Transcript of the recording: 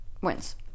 wins